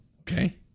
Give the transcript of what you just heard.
Okay